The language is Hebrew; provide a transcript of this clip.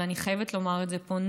אבל אני חייבת לומר את זה פה,